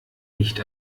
nicht